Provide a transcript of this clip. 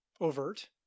overt